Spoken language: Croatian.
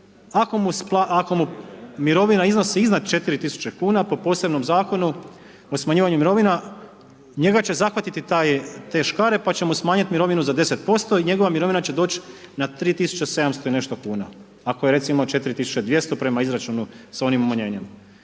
ako mu mirovina iznosi iznad 4000 kuna, po posebnom Zakonu o smanjivanju mirovina, njega će zahvatiti te škare pa će mu smanjiti mirovinu za 10% i njegova mirovina će doći na 3700 i nešto kuna, ako je recimo 4200 prema izračunu sa onim umanjenjem.